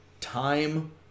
Time